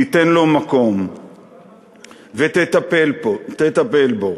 תיתן לו מקום ותטפל בו.